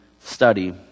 study